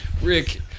Rick